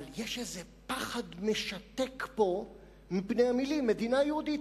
אבל יש איזה פחד משתק פה מפני המלים: מדינה יהודית.